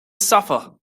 suffer